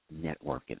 networking